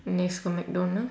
nex got mcdonald